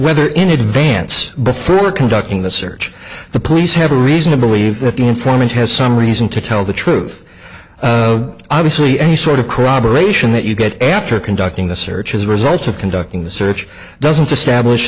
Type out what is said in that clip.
whether in advance before conducting the search the police have a reason to believe that the informant has some reason to tell the truth obviously any sort of corroboration that you get after conducting the searches results of conducting the search doesn't establish